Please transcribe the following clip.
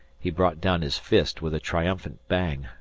he brought down his fist with a triumphant bang,